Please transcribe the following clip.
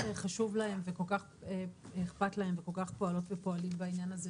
חשוב להם וכל כך אכפת להם וכל כך פועלות ופועלים בעניין הזה,